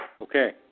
Okay